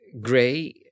gray